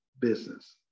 business